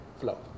flow